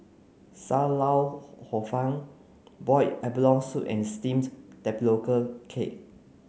Sam Lau Hor Fun boil abalone soup and steams tapioca cake